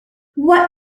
what